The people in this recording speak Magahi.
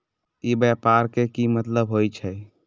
ई व्यापार के की मतलब होई छई?